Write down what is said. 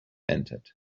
entered